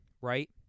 Right